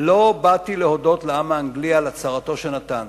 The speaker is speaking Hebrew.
"לא באתי להודות לעם האנגלי על הצהרתו שנתן.